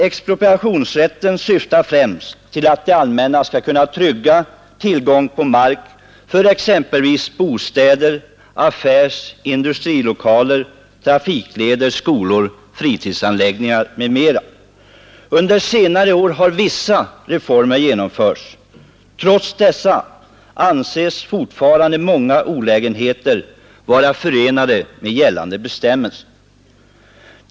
Expropriationsrätten syftar främst till att det allmänna skall kunna trygga tillgång på mark för exempelvis bostäder, affärsoch industrilokaler, trafikleder, skolor, fritidsanläggningar m.m. Under senare år har vissa reformer genomförts. Trots dessa anses fortfarande många olägenheter vara förenade med gällande bestämmelser.